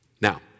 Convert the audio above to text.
Now